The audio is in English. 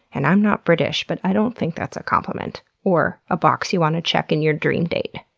and i'm not british, but i don't think that's a compliment or a box you wanna check in your dream date.